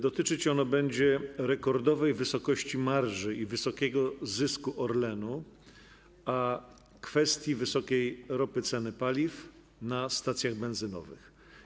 Dotyczyć ono będzie rekordowej wysokości marży i wysokiego zysku Orlenu, a także kwestii wysokiej ceny paliw na stacjach benzynowych.